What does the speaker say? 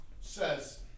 says